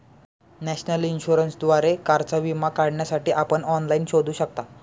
national इन्शुरन्सद्वारे कारचा विमा काढण्यासाठी आपण ऑनलाइन शोधू शकता